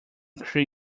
cree